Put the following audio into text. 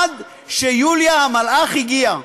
עד שיוליה המלאך הגיעה.